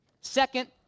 Second